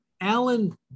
Alan